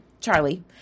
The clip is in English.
Charlie